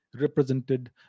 represented